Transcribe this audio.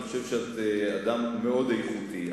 אני חושב שאת אדם מאוד איכותי,